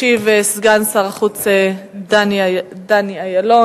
ישיב סגן שר החוץ דני אילון.